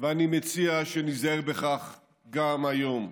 ואני מציע שניזהר בכך גם היום.